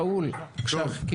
ראול, בבקשה.